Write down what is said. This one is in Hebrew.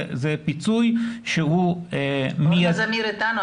זה פיצוי שהוא --- נעה זמיר איתנו,